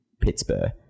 Pittsburgh